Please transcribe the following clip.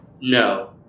No